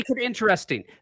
Interesting